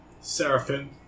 Seraphim